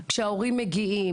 כשההורים מגיעים,